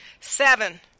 Seven